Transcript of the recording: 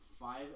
five